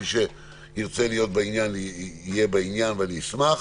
מי שירצה להיות בעניין, יהיה בעניין ואני אשמח.